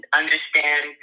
understand